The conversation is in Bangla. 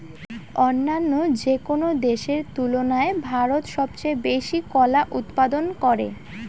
অইন্য যেকোনো দেশের তুলনায় ভারত সবচেয়ে বেশি কলা উৎপাদন করে